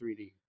3D